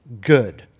good